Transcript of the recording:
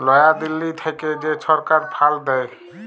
লয়া দিল্লী থ্যাইকে যে ছরকার ফাল্ড দেয়